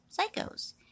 psychos